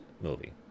movie